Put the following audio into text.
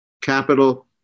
capital